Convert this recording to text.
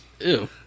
Ew